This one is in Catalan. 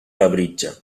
labritja